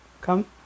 Come